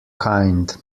kind